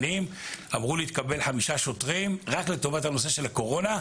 אמרו לי: תקבל חמישה שוטרים רק לטובת הנושא של הקורונה.